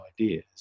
ideas